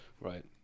Right